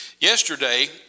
Yesterday